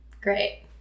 Great